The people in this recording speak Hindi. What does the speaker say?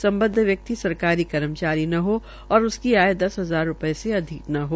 सम्बद्व व्यक्ति सरकारी कर्मचारी न हो और उसकी आय दस हजार अधिक न हो